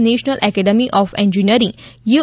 national Academy of Engineering you